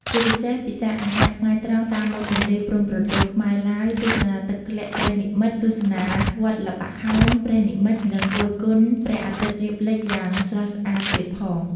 ជាពិសេស ពិសារអាហារថ្ងៃត្រង់តាមមាត់ទន្លេព្រំប្រទល់ខ្មែរ-ឡាវ-ទស្សនាទឹកធ្លាក់ព្រះនិម្មិតទស្សនា វត្តល្បាក់ខោនព្រះនិម្មិត និង គយគន់ព្រះអាទិត្យរៀបលិចយ៉ាងស្រស់ស្អាតទៀតផង។